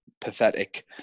pathetic